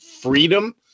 freedom